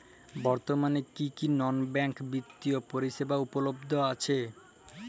বর্তমানে কী কী নন ব্যাঙ্ক বিত্তীয় পরিষেবা উপলব্ধ আছে?